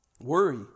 Worry